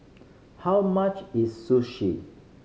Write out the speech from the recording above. how much is Sushi